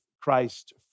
Christ